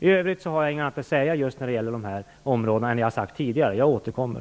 I övrigt har jag inget annat att säga just när det gäller dessa områden än vad jag har sagt tidigare. Jag återkommer.